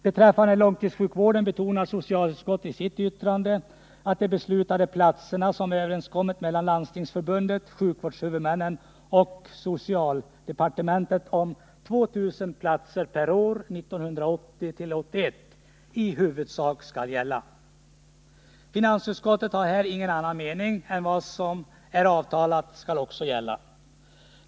Beträffande långtidssjukvården betonar socialutskottet i sitt yttrande att den överenskommelse som träffats mellan Landstingsförbundet, sjukvårdshuvudmännen och socialdepartementet om 2 000 platser per år 1980-1981 i huvudsak skall gälla. Finansutskottet har här ingen annan mening än att vad som är avtalat skall gälla.